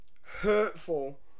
...hurtful